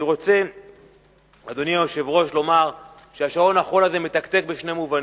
אני רוצה לומר ששעון החול הזה מתקתק בשני מובנים: